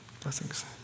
Blessings